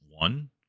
One